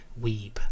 weeb